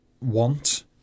want